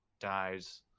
dies